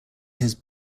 his